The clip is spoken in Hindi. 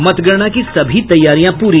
मतगणना की सभी तैयारियां पूरी